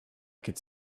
could